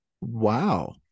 Wow